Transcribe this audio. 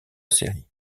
série